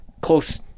close